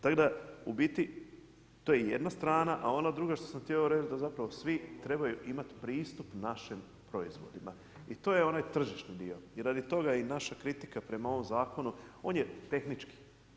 Tako da u biti to je jedna strana a ona druga što sam htio reći da zapravo svi trebaju imati pristup našim proizvodima i to je onaj tržišni dio i radi toga i naša kritika prema ovom zakonu, on je tehnički.